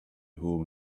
home